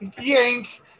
Yank